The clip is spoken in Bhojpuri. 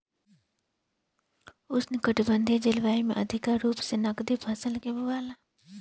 उष्णकटिबंधीय जलवायु में अधिका रूप से नकदी फसल के बोआला